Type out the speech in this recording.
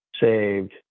saved